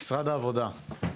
משרד העבודה.